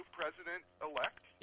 president-elect